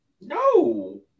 No